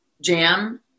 jam